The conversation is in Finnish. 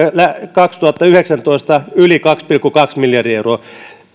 kaksituhattayhdeksäntoista yli kaksi pilkku kaksi miljardia euroa